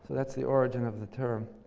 that's the origin of the term.